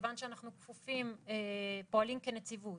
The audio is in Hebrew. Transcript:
כיוון שאנחנו פועלים כנציבות